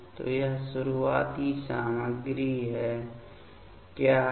तो यहां शुरुआती सामग्री क्या है